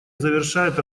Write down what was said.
завершает